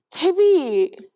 Baby